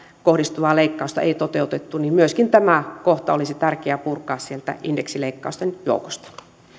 kohdistuvaa leikkausta ei toteutettu myöskin tämä kohta olisi tärkeä purkaa sieltä indeksileikkausten joukosta